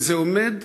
וזה עומד